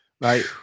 right